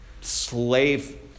slave